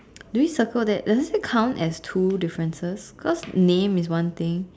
do we circle that does it still count as two differences cause name is one thing